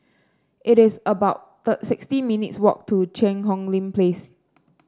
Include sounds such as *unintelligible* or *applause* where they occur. it is about *unintelligible* sixty minutes' walk to Cheang Hong Lim Place